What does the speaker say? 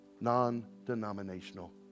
non-denominational